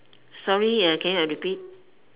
sorry uh can you repeat